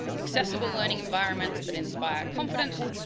accessible learning environments that inspire confidence,